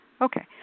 Okay